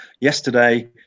yesterday